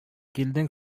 килдең